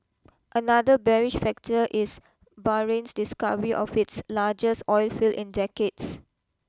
another bearish factor is Bahrain's discovery of its largest oilfield in decades